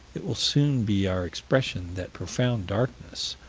it will soon be our expression that profound darkness,